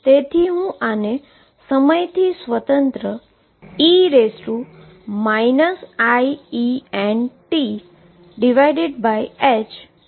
તેથી હું આને સમયથી સ્વતંત્ર e iEntતરીકે લખી શકું છું